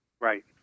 Right